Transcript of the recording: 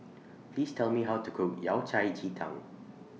Please Tell Me How to Cook Yao Cai Ji Tang